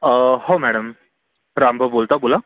हो मॅडम रामभाऊ बोलतो बोला